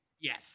yes